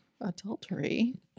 adultery